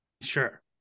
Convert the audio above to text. Sure